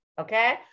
okay